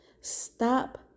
stop